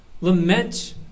Lament